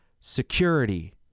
security